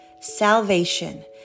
salvation